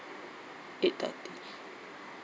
eight thirty